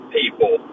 people